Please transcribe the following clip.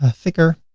ah thicker